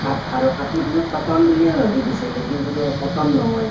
cup আৰু কাপোৰযোৰ cotton বুলিয়ে ভাবি দিছিলোঁ কিন্তুতো কটন নহয়